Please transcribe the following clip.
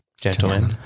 gentlemen